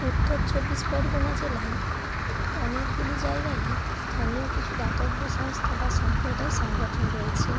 উত্তর চব্বিশ পরগনা জেলায় অনেকগুলি জায়গায়ই স্থানীয় কিছু দাতব্য সংস্থা বা সম্প্রদায় সংগঠন রয়েছে